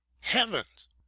heavens